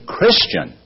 Christian